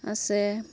আছে